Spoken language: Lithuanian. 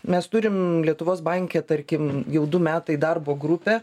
mes turim lietuvos banke tarkim jau du metai darbo grupę